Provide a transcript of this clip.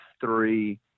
three